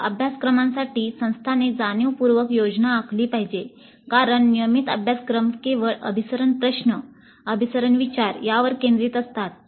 अशा अभ्यासक्रमांसाठी संस्थांनी जाणीवपूर्वक योजना आखली पाहिजे कारण नियमित अभ्यासक्रम केवळ अभिसरण प्रश्न अभिसरण विचार यावर केंद्रित असतात